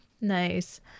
Nice